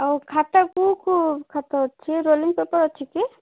ଆଉ ଖାତା କେଉଁ କେଉଁ ଖାତା ଅଛି ରୋଲିଂ ପେପର୍ ଅଛି କି